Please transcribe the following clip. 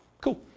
Cool